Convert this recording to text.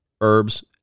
herbs